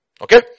Okay